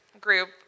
group